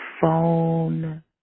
phone